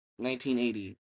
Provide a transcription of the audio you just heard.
1980